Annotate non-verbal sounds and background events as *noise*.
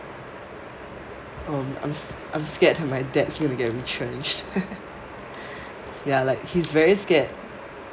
mm I'm I'm scared that my dad's gonna get retrenched *laughs* ya like he is very scared